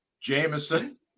Jameson